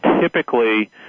typically